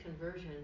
conversion